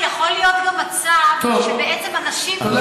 גם יכול להיות מצב שבעצם אנשים ירצו